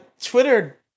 Twitter